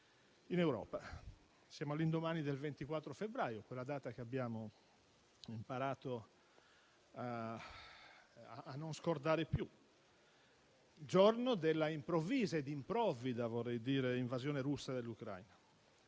in Europa. Siamo all'indomani del 24 febbraio, quella data che abbiamo imparato a non dimenticare più, il giorno della improvvisa e improvvida invasione russa dell'Ucraina.